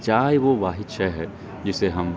چائے وہ واحد شے ہے جسے ہم